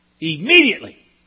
immediately